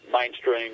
mainstream